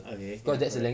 okay